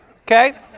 Okay